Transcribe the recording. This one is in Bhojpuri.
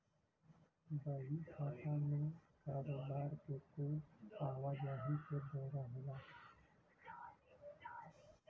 बही खाता मे कारोबार के कुल आवा जाही के ब्योरा होला